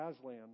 Aslan